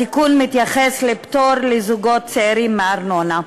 התיקון מתייחס לפטור לזוגות צעירים מארנונה.